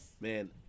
man